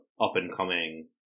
up-and-coming